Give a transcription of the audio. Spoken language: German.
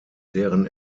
deren